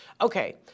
Okay